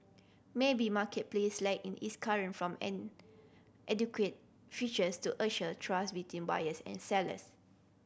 maybe Marketplace lack in its current from adequate features to assure trust between buyers and sellers